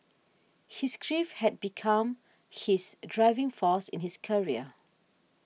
his grief had become his driving force in his career